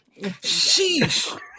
Sheesh